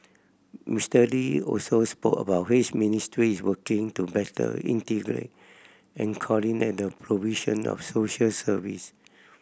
Mister Lee also spoke about how his ministry is working to better integrate and coordinate the provision of social service